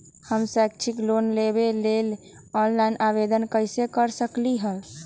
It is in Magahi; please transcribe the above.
हम शैक्षिक लोन लेबे लेल ऑनलाइन आवेदन कैसे कर सकली ह?